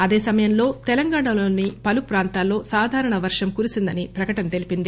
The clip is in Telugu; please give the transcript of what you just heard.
అదే సమయంలో తెలంగాణలోని పలు ప్రాంతాల్లో సాధారణ వర్షం కురిసిందని ప్రకటన తెలిపింది